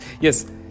yes